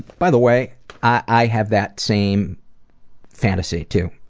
by the way i have that same fantasy too